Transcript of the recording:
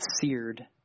seared